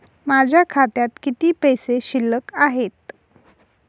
माझ्या खात्यात किती पैसे शिल्लक आहेत?